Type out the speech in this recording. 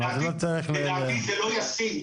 לדעתי זה לא ישים.